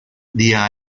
día